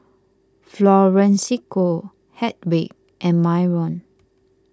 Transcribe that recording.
Florencio Hedwig and Myron